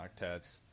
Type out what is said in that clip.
octets